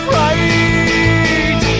right